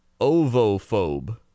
ovophobe